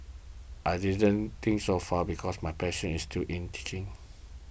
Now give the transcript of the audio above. I didn't think so far because my passion is too in teaching